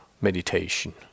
meditation